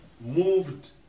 moved